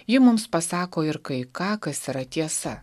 ji mums pasako ir kai ką kas yra tiesa